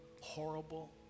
horrible